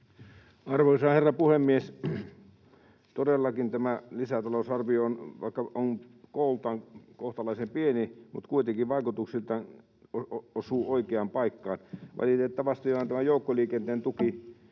Arvoisa herra puhemies! Todellakin, vaikka tämä lisäta-lousarvio on kooltaan kohtalaisen pieni, se kuitenkin vaikutuksiltaan osuu oikeaan paikkaan. Valitettavasti vain tämä joukkoliikenteen tuki